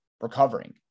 recovering